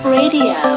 radio